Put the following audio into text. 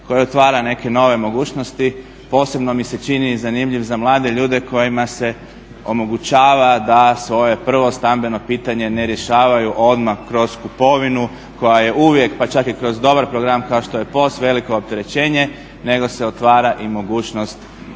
koji otvara neke nove mogućnosti, posebno mi se čini zanimljiv za mlade ljude kojima se omogućava da svoje prvo stambeno pitanje ne rješavaju odmah kroz kupovinu koja je uvijek, pa čak i kroz dobar program kao što je POS veliko opterećenje nego se otvara i mogućnost